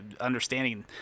Understanding